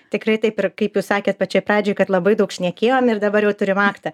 tikrai taip ir kaip jūs sakėt pačioj pradžioj kad labai daug šnekėjom ir dabar jau turim aktą